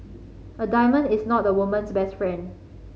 a diamond is not a woman's best friend